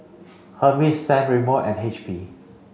Hermes San Remo and H P